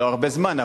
לא הרבה זמן,